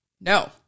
No